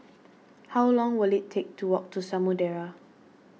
how long will it take to walk to Samudera